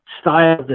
Style